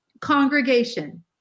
congregation